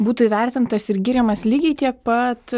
būtų įvertintas ir giriamas lygiai tiek pat